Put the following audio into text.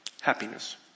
Happiness